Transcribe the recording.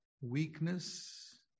Weakness